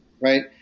right